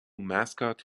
mascot